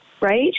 Right